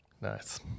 Nice